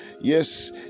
Yes